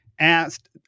asked